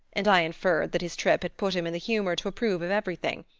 and i inferred that his trip had put him in the humor to approve of everything,